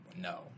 No